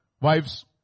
wives